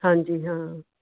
ਹਾਂਜੀ ਹਾਂ